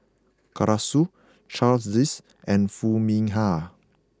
Arasu Charles Dyce and Foo Mee Har